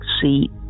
seat